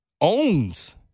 owns